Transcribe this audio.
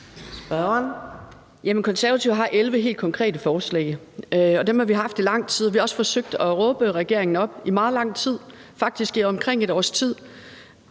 Konservative har 11 helt konkrete forslag, og dem har vi haft i lang tid. Vi har også forsøgt at råbe regeringen op i meget lang tid, faktisk i omkring 1 års tid.